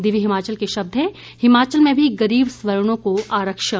दिव्य हिमाचल के शब्द हैं हिमाचल में भी गरीब सवर्णों को आरक्षण